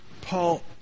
Paul